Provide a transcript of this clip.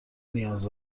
نیاز